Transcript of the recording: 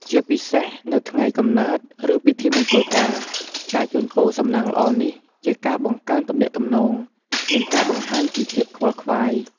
ជាពិសេស នៅថ្ងៃកំណើត ឬពិធីមង្គលការ ការជូនពរសំណាងល្អនេះជាការបង្កើនទំនាក់ទំនង និងការបង្ហាញពីភាពខ្វល់ខ្វាយ។